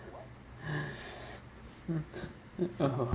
mm ugh (uh huh)